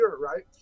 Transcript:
right